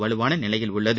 வலுவான நிலையில் உள்ளது